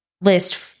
list